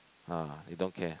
ah they don't care